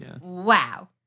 wow